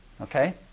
Okay